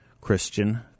Christian